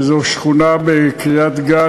שזו שכונה בקריית-גת,